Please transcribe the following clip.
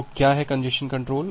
तो क्या है कंजेस्शन कंट्रोल